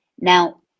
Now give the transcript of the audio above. Now